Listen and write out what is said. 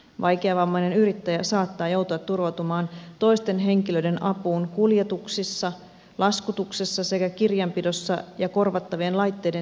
vaikeavammainen yrittäjä saattaa joutua turvautumaan toisten henkilöiden apuun kuljetuksissa laskutuksessa sekä kirjanpidossa ja korvattavien laitteiden siirtelyssä